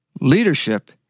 Leadership